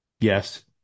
Yes